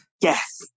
Yes